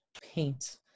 paint